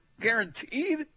guaranteed